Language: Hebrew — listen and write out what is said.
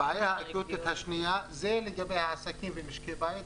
הבעיה השנייה זה לגבי העסקים ומשקי הבית,